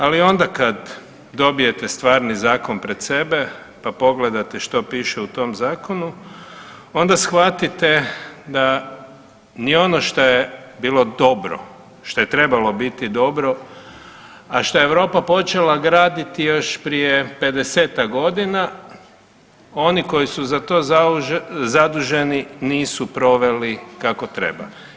Ali onda kad dobijete stvarni zakon pred sebe pa pogledate što piše u tom zakonu onda shvatite da ni ono šta je bilo dobro, šta je trebalo biti dobro, a šta je Europa počela graditi još prije 50-ak godina oni koji su za to zaduženi nisu proveli kako treba.